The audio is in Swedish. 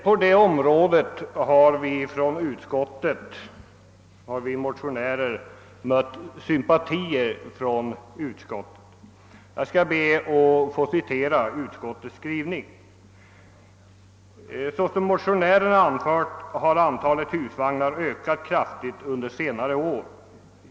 Vi motionärer har också i dessa stycken mött sympatier från utskottets sida. Jag vill citera vad utskottet skriver: »Såsom motionärerna anfört har antalet husvagnar ökat kraftigt under senare år.